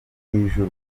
ijuru